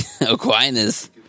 Aquinas